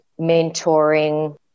mentoring